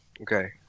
Okay